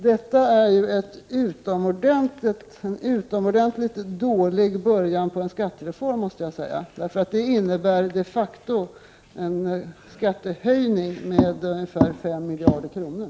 Det vore en utomordentligt dålig början på en skattereform. Det innebär de facto en skattehöjning med ungefär fem miljarder kronor.